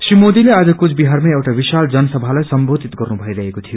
श्री मोदीले आज यो कुरो कुचबिहारमा एउटा विशाल जनसभालाई सम्बोधित गर्नुभईरहेको थियो